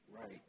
right